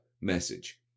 message